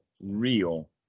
real